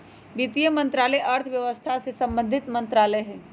वित्त मंत्रालय अर्थव्यवस्था से संबंधित मंत्रालय हइ